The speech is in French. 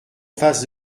face